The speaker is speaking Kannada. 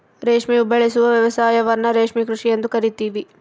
ರೇಷ್ಮೆ ಉಬೆಳೆಸುವ ವ್ಯವಸಾಯವನ್ನ ರೇಷ್ಮೆ ಕೃಷಿ ಎಂದು ಕರಿತೀವಿ